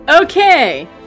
Okay